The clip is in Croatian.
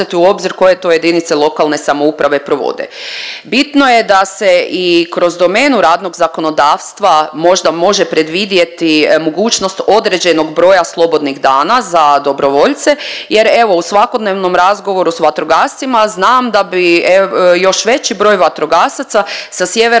u obzir koje to JLS provode. Bitno je da se i kroz domenu radnog zakonodavstva možda može predvidjeti mogućnost određenog broja slobodnih dana za dobrovoljce jer evo u svakodnevnom razgovoru s vatrogascima znam da bi još veći broj vatrogasaca sa sjevera